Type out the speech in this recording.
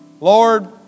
Lord